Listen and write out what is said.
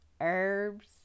herbs